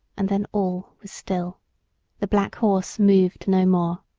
and then all was still the black horse moved no more.